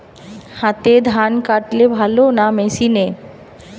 হাতে ধান কাটলে ভালো না মেশিনে?